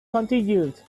continued